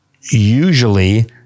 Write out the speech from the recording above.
usually